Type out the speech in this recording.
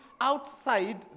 outside